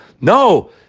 No